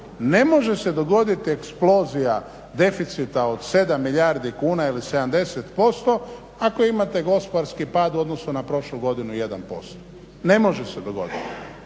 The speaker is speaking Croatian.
ne može se dogoditi eksplozija deficita od 7 milijardi kuna ili 70% ako imate gospodarski pad u odnosu na prošlu godinu 1%. Ne može se dogoditi